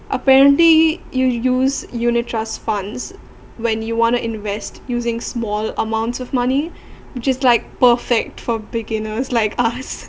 apparently you use unit trust funds when you want to invest using small amounts of money just like perfect for beginners like us